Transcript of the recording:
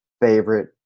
favorite